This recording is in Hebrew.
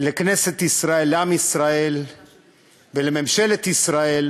לכנסת ישראל, לעם ישראל ולממשלת ישראל,